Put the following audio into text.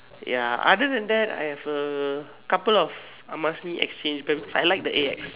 ya other than that I have a couple of Armani-exchange bag because I like that AX